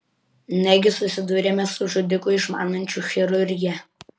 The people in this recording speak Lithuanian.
negi susidūrėme su žudiku išmanančiu chirurgiją